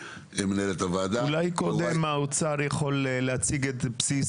אולי קודם האוצר יכול להציג את בסיס